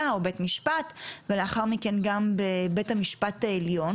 או בית משפט ולאחר מכן גם בבית המשפט עליון